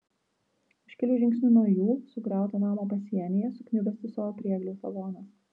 už kelių žingsnių nuo jų sugriauto namo pasienyje sukniubęs tysojo priegliaus lavonas